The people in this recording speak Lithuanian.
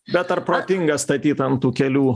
bet ar protinga statyt ant tų kelių